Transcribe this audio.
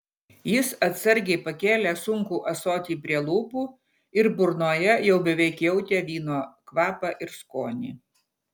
jis atsargiai pakėlė sunkų ąsotį prie lūpų ir burnoje jau beveik jautė vyno kvapą ir skonį